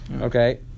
Okay